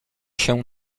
się